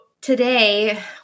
today